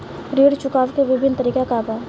ऋण चुकावे के विभिन्न तरीका का बा?